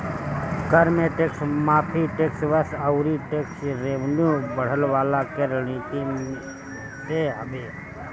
कर में टेक्स माफ़ी, टेक्स बेस अउरी टेक्स रेवन्यू बढ़वला के रणनीति में से हवे